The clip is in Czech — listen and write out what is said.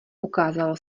ukázalo